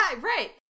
right